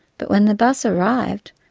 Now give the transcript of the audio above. but when the bus arrived,